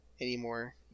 anymore